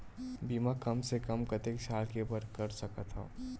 बीमा कम से कम कतेक साल के बर कर सकत हव?